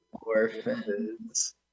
Orphans